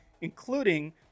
including